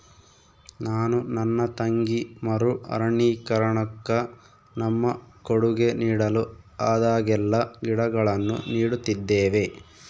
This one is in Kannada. ನಾನು ನನ್ನ ತಂಗಿ ಮರು ಅರಣ್ಯೀಕರಣುಕ್ಕ ನಮ್ಮ ಕೊಡುಗೆ ನೀಡಲು ಆದಾಗೆಲ್ಲ ಗಿಡಗಳನ್ನು ನೀಡುತ್ತಿದ್ದೇವೆ